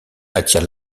attire